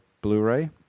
Blu-ray